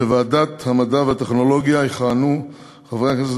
בוועדת המדע והטכנולוגיה יכהנו חברי הכנסת